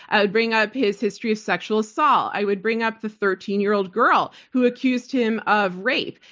i would bring up his history of sexual assault. i would bring up the thirteen year old girl who accused him of rape.